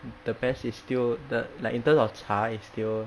the best is still the like in terms of 茶 it's still